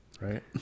Right